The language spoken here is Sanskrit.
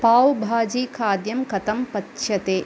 पाव् भाजी खाद्यं कथं पच्यते